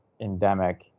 endemic